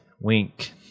wink